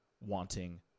wanting